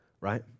right